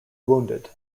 wounded